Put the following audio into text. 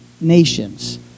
nations